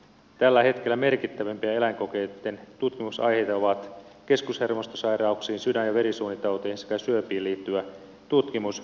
tällä hetkellä merkittävimpiä eläinkokeitten tutkimusaiheita ovat keskushermostosairauksiin sydän ja verisuonitauteihin sekä syöpiin liittyvät tutkimukset